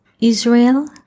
Israel